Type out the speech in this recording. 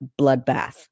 bloodbath